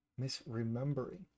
misremembering